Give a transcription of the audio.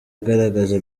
igaragaza